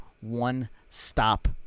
one-stop